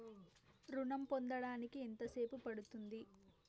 ఋణం పొందడానికి ఎంత సేపు పడ్తుంది?